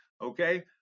okay